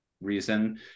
reason